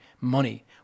money